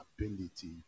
ability